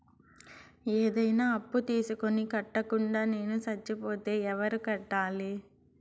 ఏదైనా అప్పు తీసుకొని కట్టకుండా నేను సచ్చిపోతే ఎవరు కట్టాలి?